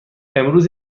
امروز